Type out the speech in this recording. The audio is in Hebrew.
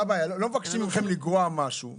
לא מבקשים ממכם לגרוע משהו,